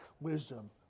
wisdom